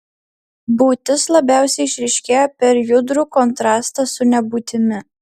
būtis labiausiai išryškėja per judrų kontrastą su nebūtimi